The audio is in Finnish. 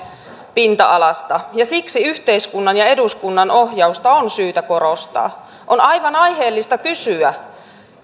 pinta alasta ja siksi yhteiskunnan ja eduskunnan ohjausta on syytä korostaa on aivan aiheellista kysyä